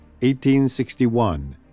1861